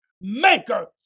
maker